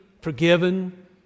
forgiven